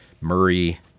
Murray